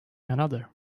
another